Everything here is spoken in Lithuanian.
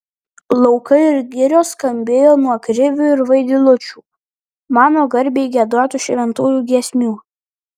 laukai ir girios skambėjo nuo krivių ir vaidilučių mano garbei giedotų šventųjų giesmių